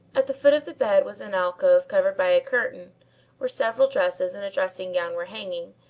at the foot of the bed was an alcove covered by a curtain where several dresses and a dressing-gown were hanging,